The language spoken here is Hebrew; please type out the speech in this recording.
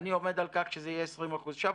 אני עומד על כך שזה יהיה 20%. עכשיו,